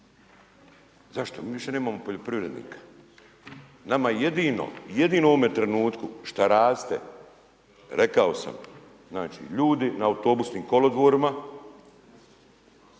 Zašto? Mi više nemamo poljoprivrednika. Nama jedino u ovome trenutku što raste, rekao sam, znači ljudi na autobusnim kolodvorima